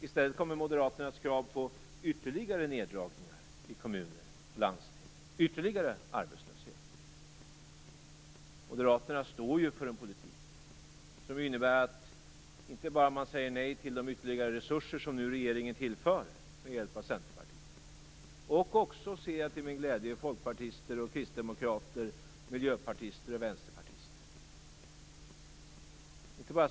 I stället kommer Moderaternas krav på ytterligare neddragningar i kommuner och landsting, som leder till ytterligare arbetslöshet. Moderaterna står ju för en politik som innebär att de inte bara säger säger nej till de ytterligare resurser som regeringen nu tillför med hjälp av Centerpartiet och också, hör jag till min glädje, folkpartister, kristdemokrater, miljöpartister och vänsterpartister.